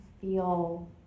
feel